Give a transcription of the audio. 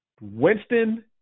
Winston